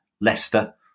Leicester